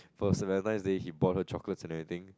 for Valentine Day he bought her chocolates and everything